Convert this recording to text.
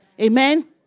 Amen